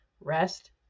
rest